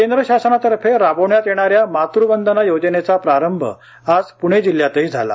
केंद्र शासनातर्फे राबवण्यात येणाऱ्या मातवंदना योजनेचा प्रारंभ आज पुणे जिल्ह्यातही झाला